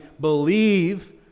believe